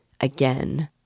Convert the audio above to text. again